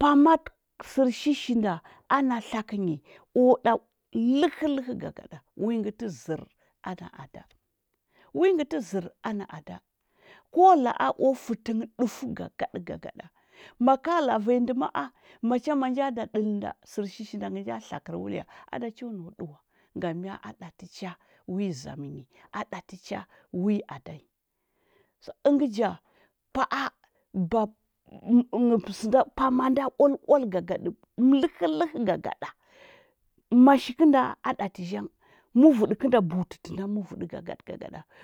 pama sɚr shishi nda ana tlakɚnyi o ɗa lɚhɚ lɚhɚ gagaɗa wingɚ tɚ zɚr ada ada wingɚ tɚ zɚr ana ada ko la’a o fɚtɚng dufu gagaɗa gagaɗa maka laa vanyi ndɚ maa macha manja da ɗɚl nda sɚr shishi nda ngɚ nja tlakɚ wulya, ada cho nau ɗɚwa, ngam mya aɗa tɚcha wi zamɚ nyi, a ɗa tɚcha wi ada nyi ɚngɚ ja pa’a pama nda lual’ual gagaɗa lɚhɚ lɚhɚ gagaɗa mashi kɚnda a ɗatɚ zhang muvuɗɚ kɚnda bu’utɚ tɚnda muruɗɚ gagaɗo gagaɗɚ.